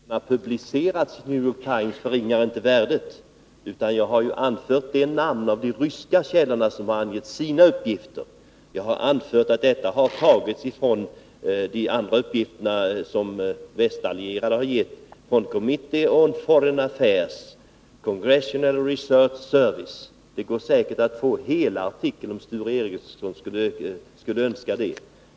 Herr talman! Att uppgifterna har publicerats i New York Times förringar inte värdet av dem. Jag har anfört namnen på de ryska källorna, och jag har anfört att uppgifterna om de västallierade har tagits från Committee on Foreign Affairs Congressional Research Service. Det går säkert att få hela artikeln, om Sture Ericson skulle önska det.